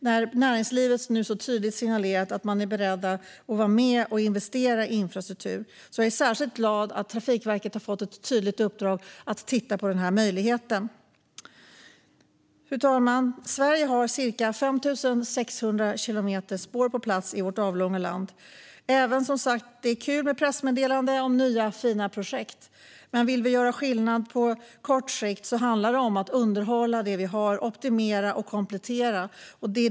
När nu näringslivet så tydligt signalerat att man är beredd att vara med och investera i infrastruktur är jag särskilt glad åt att Trafikverket fått i uppdrag i att titta på den möjligheten. Fru talman! Det finns ca 15 600 kilometer järnvägsspår i vårt avlånga land. Det är som sagt kul med pressmeddelanden om nya fina projekt, men om man vill göra skillnad på kort sikt handlar det om att underhålla, optimera och komplettera.